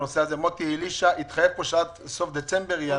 מוטי אלישע, התחייב פה שעד סוף דצמבר יהיה.